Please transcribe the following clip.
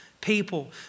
people